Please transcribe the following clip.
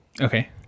Okay